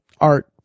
Art